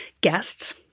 guests